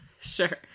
Sure